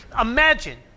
imagine